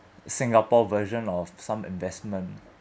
singapore version of some investment